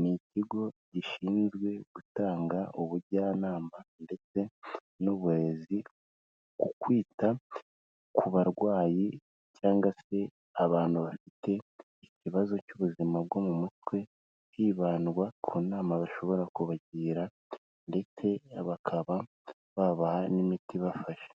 ni ikigo gishinzwe gutanga ubujyanama ndetse n'uburezi mu kwita ku barwayi cyangwa se abantu bafite ikibazo cy'ubuzima bwo mu mutwe, hibandwa ku nama bashobora kubagira ndetse bakaba babaha n'imiti ibafasha.